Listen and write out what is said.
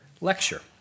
Lecture